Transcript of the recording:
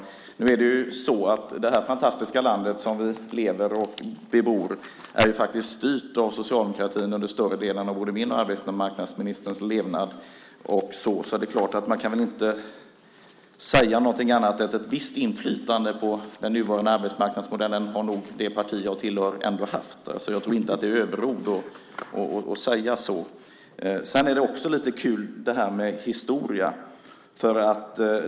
Men nu är det så att det här fantastiska landet som vi lever i och bebor faktiskt har styrts av socialdemokratin under större delen av både min och arbetsmarknadsministerns levnad. Så man kan väl inte säga någonting annat än att det parti som jag tillhör ändå har haft ett visst inflytande på den nuvarande arbetsmarknadsmodellen. Jag tror inte att det är överord att säga så. Det här med historia är också lite kul.